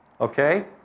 Okay